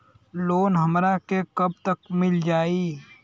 Loan हमरा के कब तक मिल जाई?